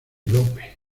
lope